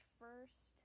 first